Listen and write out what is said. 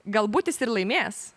galbūt jis ir laimės